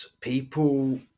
people